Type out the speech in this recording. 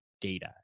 Data